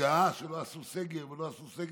שמתגאה שלא עשו סגר ולא עשו סגר,